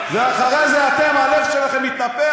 ואחרי זה הלב שלכם מתנפח,